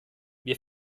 wir